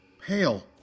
pale